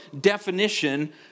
definition